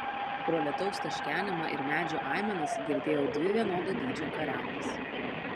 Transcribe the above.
pro lietaus teškenimą ir medžių aimanas girdėjau dvi vienodo dydžio kariaunas